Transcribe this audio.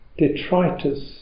detritus